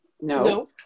No